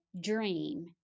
dream